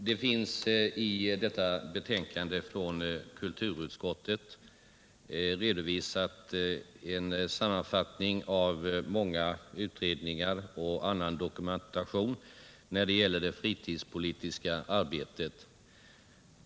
Herr talman! I detta betänkande från kulturutskottet finns en sammanfattning av många utredningar och annan dokumentation om det fritidspolitiska arbetet.